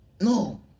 No